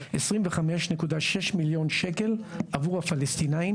כשנתיים 25.6 מיליון שקלים עבור הפלסטינים